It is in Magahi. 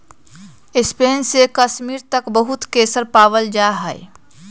स्पेन से कश्मीर तक बहुत केसर पावल जा हई